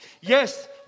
Yes